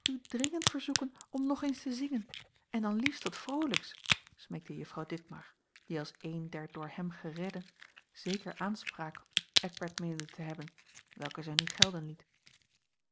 dringend verzoeken om nog eens te zingen en dan liefst wat vroolijks smeekte juffrouw ditmar die als een der door hem geredden zekere aanspraak op eckbert meende te hebben welke zij nu gelden liet